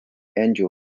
angel